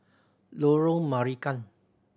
Lorong Marican